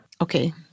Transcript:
Okay